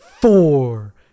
Four